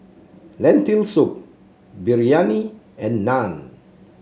Lentil Soup Biryani and Naan